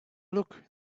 look